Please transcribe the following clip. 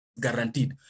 guaranteed